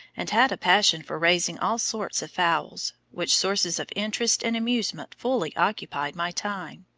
and had a passion for raising all sorts of fowls, which sources of interest and amusement fully occupied my time.